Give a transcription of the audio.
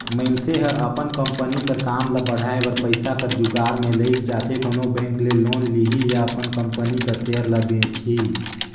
मइनसे हर अपन कंपनी कर काम ल बढ़ाए बर पइसा कर जुगाड़ में लइग जाथे कोनो बेंक ले लोन लिही या अपन कंपनी कर सेयर ल बेंचही